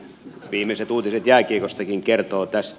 viimeiset uutiset jääkiekostakin kertovat tästä